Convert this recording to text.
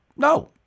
No